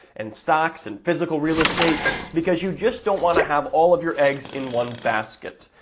and stocks, and physical real estate because you just don't want to have all of your eggs in one basket.